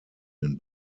den